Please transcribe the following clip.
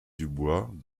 dubois